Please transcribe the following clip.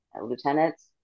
lieutenants